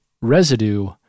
Residue